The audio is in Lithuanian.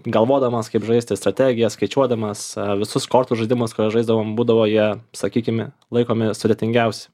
galvodamas kaip žaisti strategijas skaičiuodamas visus kortų žaidimus kuriuos žaisdavom būdavo jie sakykime laikomi sudėtingiausi